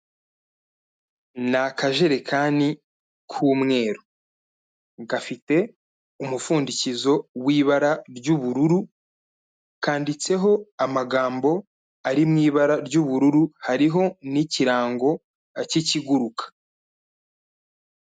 N'akajerekani k'umweru gafite umupfundikizo w'ibara ry'ubururu kanditseho amagambo ari mu ibara ry'ubururu, hariho n'ikirango cy'ikiguruka.